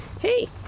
Hey